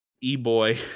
e-boy